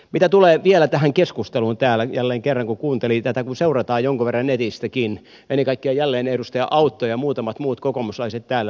mitä tulee vielä tähän keskusteluun täällä jälleen kerran kun kuuntelin tätä kun seurataan jonkun verran netistäkin niin ennen kaikkea jälleen edustaja autto ja muutamat muut kokoomuslaiset täällä